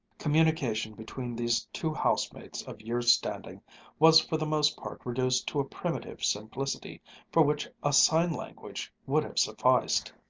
communication between these two house-mates of years' standing was for the most part reduced to a primitive simplicity for which a sign-language would have sufficed.